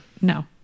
No